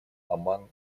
оман